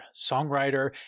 songwriter